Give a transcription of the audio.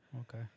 Okay